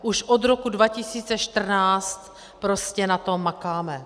Už od roku 2014 prostě na tom makáme!